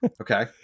Okay